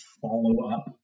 follow-up